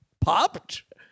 popped